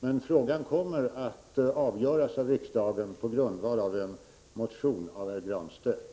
Men frågan kommer att avgöras av riksdagen på grundval av en motion från Pär Granstedt.